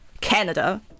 Canada